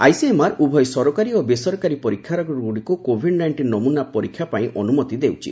ICMR ଉଭୟ ସରକାରୀ ଓ ବେସରକାରୀ ପରୀକ୍ଷାଗାରଗୁଡ଼ିକୁ କୋଭିଡ୍ ନାଇଷ୍ଟିନ୍ ନମୁନା ପରୀକ୍ଷା ପାଇଁ ଅନୁମତି ଦେଉଛି